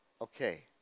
okay